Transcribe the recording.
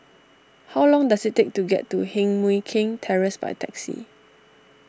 how long does it take to get to Heng Mui Keng Terrace by taxi